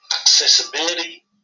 accessibility